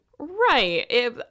Right